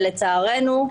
ולצערנו,